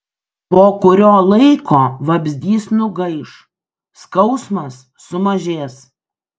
po kurio laiko vabzdys nugaiš skausmas sumažės